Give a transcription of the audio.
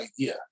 idea